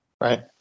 Right